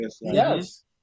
yes